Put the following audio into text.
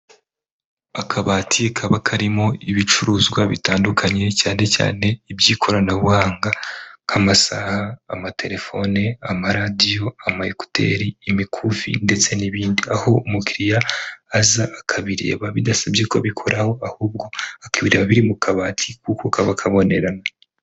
Akabati kaba karimo ibicuruzwa bitandukanye, cyane cyane iby'ikoranabuhanga nk'amasaha, amatelefone, amaradiyo, amakuteri, imikufi ndetse n'ibindi. Aho umukiriya aza akabireba bidasabye ko abikoraho ahubwo akabireba biri mu kabati kuko kaba kabonerana.